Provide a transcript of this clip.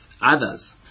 others